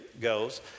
goes